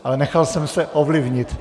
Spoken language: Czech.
Ale nechal jsem se ovlivnit.